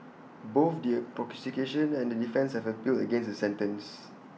both the prosecution and the defence have appealed against the sentence